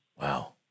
Wow